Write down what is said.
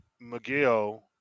Miguel